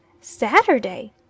Saturday